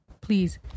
please